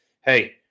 Hey